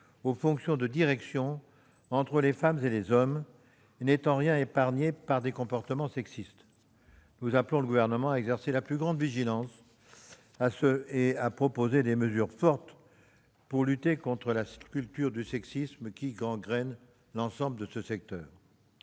aux fonctions de direction, entre les femmes et les hommes, et n'est en rien épargné par les comportements sexistes. Nous appelons le Gouvernement à exercer la plus grande vigilance et à proposer des mesures fortes pour lutter contre la culture du sexisme qui gangrène l'ensemble de ce secteur.